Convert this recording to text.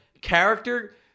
Character